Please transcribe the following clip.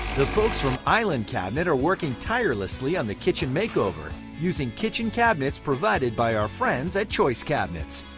the folks from island cabinet are working tirelessly on the kitchen makeover using kitchen cabinets provided by our friends at choice cabinets.